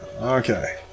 Okay